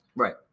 Right